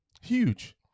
huge